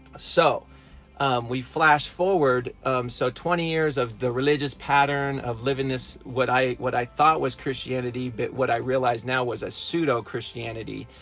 so we flash forward so twenty years of the religious pattern of living this what i what i thought was christianity but what i realize now was a pseudo christianity.